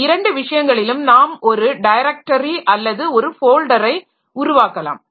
இந்த இரண்டு விஷயங்களிலும் நாம் ஒரு டைரக்டரி அல்லது ஒரு ஃபோல்டரை உருவாக்கலாம்